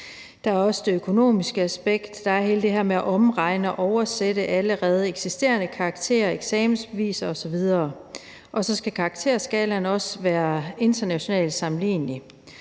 Der er også det økonomiske aspekt. Der er hele det her med at omregne og oversætte allerede eksisterende karakterer og eksamensbeviser osv. Og så skal karakterskalaen også være internationalt sammenlignelig.